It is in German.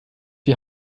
die